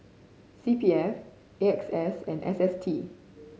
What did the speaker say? C P F A X S and S S T